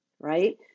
right